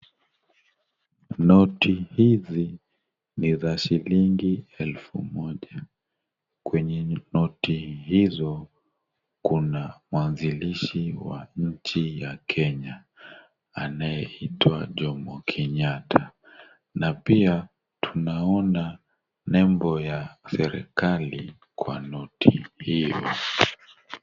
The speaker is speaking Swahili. Noti hizi ni za shilingi elfu moja. Kwenye noti hizo, kuna mwanzilishi wa nchi ya Kenya anayeitwa Jomo Kenyatta na pia tunaona nembo ya serikali kwa noti hizi.